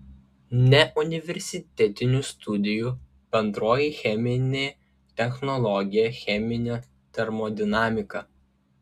neuniversitetinių studijų bendroji cheminė technologija cheminė termodinamika